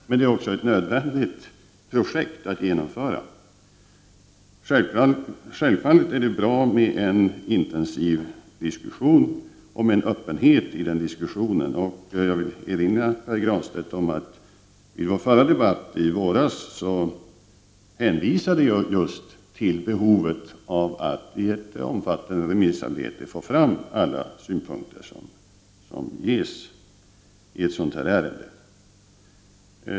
Men det är också nödvändigt att genomföra detta projekt. Självfallet är det bra om det förs en intensiv diskussion och om denna präglas av öppenhet. Jag vill erinra Pär Granstedt om att jag i vår förra debatt i våras hänvisade just till behovet av att i ett omfattande remissarbete få fram alla synpunkter i ärendet.